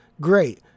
great